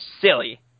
silly